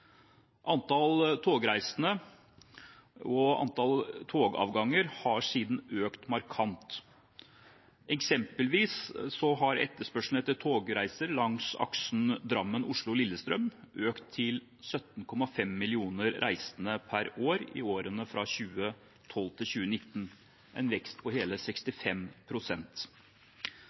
Antall togreisende og antall togavganger har siden økt markant. Eksempelvis har etterspørselen etter togreiser langs aksen Drammen–Oslo–Lillestrøm økt til 17,5 millioner reisende per år i årene fra 2012 til 2019, en vekst på hele